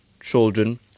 children